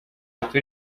ati